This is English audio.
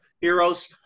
heroes